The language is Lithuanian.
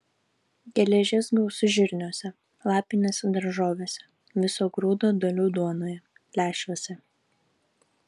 geležies gausu žirniuose lapinėse daržovėse visų grūdo dalių duonoje lęšiuose